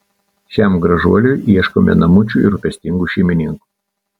šiam gražuoliui ieškome namučių ir rūpestingų šeimininkų